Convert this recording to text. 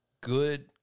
good